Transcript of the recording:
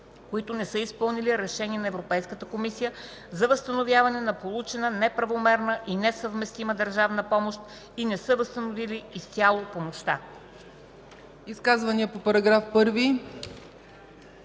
които не са изпълнили решение на Европейската комисия за възстановяване на получена неправомерна и несъвместима държавна помощ и не са възстановили изцяло помощта.”